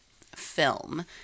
film